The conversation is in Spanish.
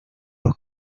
los